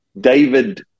David